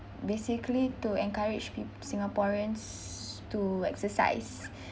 basically to encourage pe~ singaporeans to exercise